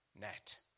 net